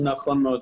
נכון מאוד.